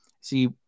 see